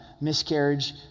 miscarriage